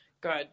Good